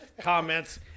comments